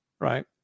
right